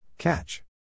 Catch